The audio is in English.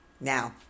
Now